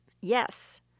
yes